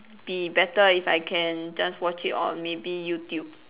be better if I can just watch it on maybe YouTube